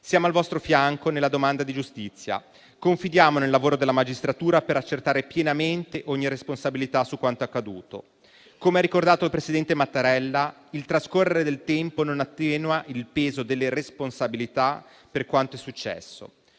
Siamo al vostro fianco nella domanda di giustizia e confidiamo nel lavoro della magistratura per accertare pienamente ogni responsabilità su quanto accaduto. Come ha ricordato il presidente Mattarella, il trascorrere del tempo non attenua il peso delle responsabilità per quanto è successo.